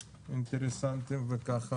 האינטרסנטים וכך הלאה.